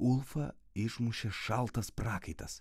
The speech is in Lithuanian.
ulfą išmušė šaltas prakaitas